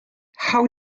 how